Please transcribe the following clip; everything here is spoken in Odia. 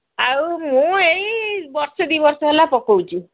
ଆଉ ମୁଁ ଏଇ ବର୍ଷେ ଦୁଇ ବର୍ଷ ହେଲା ପକାଉଛି